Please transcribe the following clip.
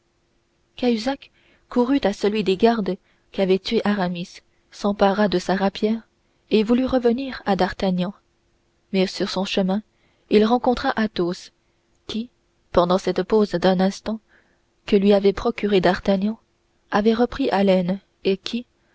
cahusac courut à celui des gardes qu'avait tué aramis s'empara de sa rapière et voulut revenir à d'artagnan mais sur son chemin il rencontra athos qui pendant cette pause d'un instant que lui avait procurée d'artagnan avait repris haleine et qui